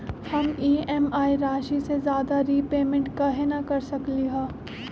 हम ई.एम.आई राशि से ज्यादा रीपेमेंट कहे न कर सकलि ह?